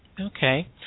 Okay